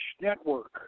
network